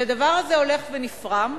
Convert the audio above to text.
כשהדבר הזה הולך ונפרם,